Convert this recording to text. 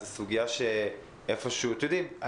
אתם יודעים,